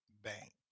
bank